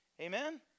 Amen